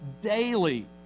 daily